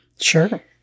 Sure